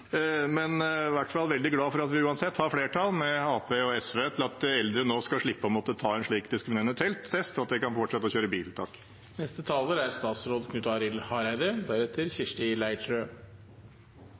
Men vi er i hvert fall veldig glad for at vi uansett har flertall med Arbeiderpartiet og SV for at eldre nå skal slippe å måtte ta en slik diskriminerende test, og at de kan fortsette å kjøre bil. Eg vil svare på nokre av dei spørsmåla som er